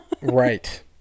right